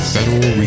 Federal